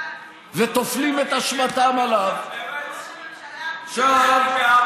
ראש ממשלה מושחת.